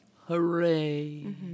Hooray